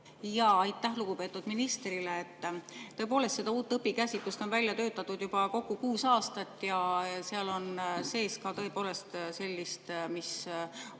Aitäh, lugupeetud minister! Tõepoolest, seda uut õpikäsitlust on välja töötatud juba kokku kuus aastat ja seal on sees ka tõepoolest sellist, mis on